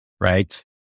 right